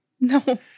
No